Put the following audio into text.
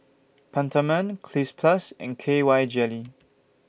Peptamen Cleanz Plus and K Y Jelly